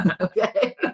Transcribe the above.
Okay